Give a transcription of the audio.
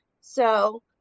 So-